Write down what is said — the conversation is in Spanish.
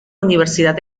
universidad